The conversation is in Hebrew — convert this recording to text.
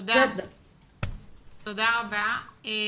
תודה רבה.